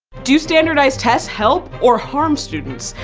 do standardized tests help or harm students?